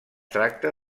tracta